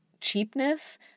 cheapness